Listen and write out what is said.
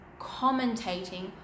commentating